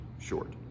short